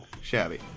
shabby